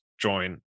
join